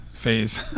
phase